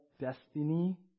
destiny